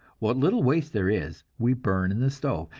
what little waste there is, we burn in the stove,